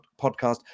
Podcast